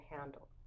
handle